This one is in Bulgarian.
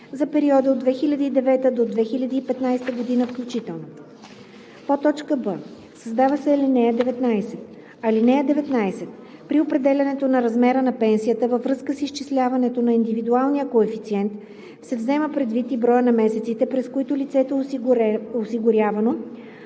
за периода от 2009 г. до 2015 г., включително.“ б) създава се ал. 19: „(19) При определянето на размера на пенсията във връзка с изчисляването на индивидуалния коефициент се взема предвид и броят на месеците, през които лицето е осигурявано